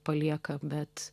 palieka bet